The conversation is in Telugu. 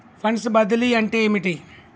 ఫండ్స్ బదిలీ అంటే ఏమిటి?